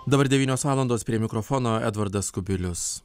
dabar devynios valandos prie mikrofono edvardas kubilius